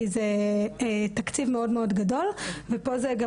כי זה תקציב מאוד מאוד גדול ופה זה גם